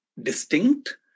distinct